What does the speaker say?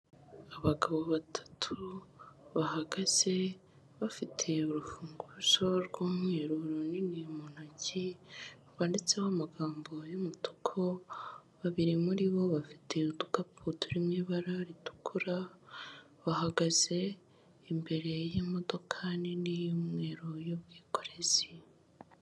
Abagabo batatu bahagaze bafite urufunguzo rw'umweru runini mu ntoki rwanditseho amagambo y'umutuku, babiri muri bo bafite udukapu turi mu ibara ritukura, bahagaze imbere y'imodoka nini y'umweru y'ubwikorezi.